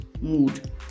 mood